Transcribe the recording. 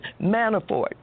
Manafort